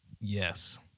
Yes